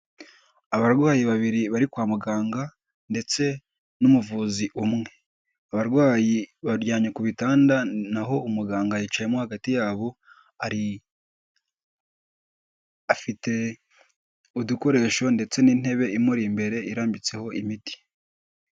Abarwayi babiri bari kwa muganga ndetse n'umuvuzi umwe, abarwayi baryamye ku bitanda, naho umuganga yicayemo hagati yabo, afite udukoresho ndetse n'intebe, imuri imbere irambitseho imiti.